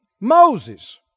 Moses